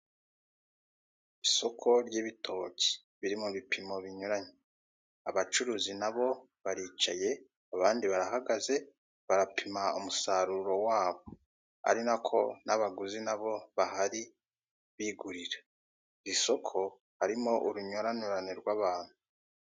Isoko ry'ibitoki biri mu bipimo binyuranye; abacuruzi na bo baricaye, abandi barahagaze; barapima umusaruro wabo ari nako n'abaguzi na bo bahari bigurira; isoko harimo urunyuranyurane rw'abantu.